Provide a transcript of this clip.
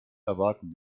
erwarten